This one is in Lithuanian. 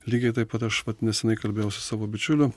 lygiai taip pat aš vat nesenai kalbėjau su savo bičiuliu